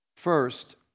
First